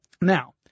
Now